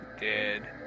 dead